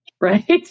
right